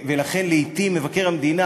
ולכן לעתים מבקר המדינה,